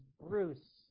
Bruce